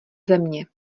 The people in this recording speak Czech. země